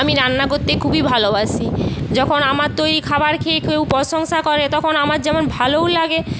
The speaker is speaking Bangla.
আমি রান্না করতে খুবই ভালোবাসি যখন আমার তৈরি খাবার খেয়ে কেউ প্রশংসা করে তখন আমার যেমন ভালোও লাগে